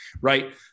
Right